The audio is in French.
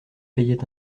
payait